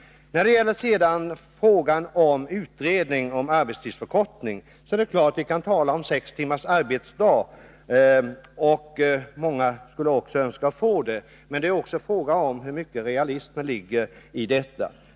Naturligtvis kan vi tala om sextimmarsdagen, och många skulle säkert önska få en sådan nedtrappning av arbetstiden. Men frågan är hur mycket realism det ligger i ett sådant krav.